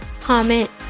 comment